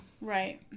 right